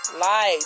life